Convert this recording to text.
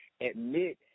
Admit